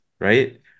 right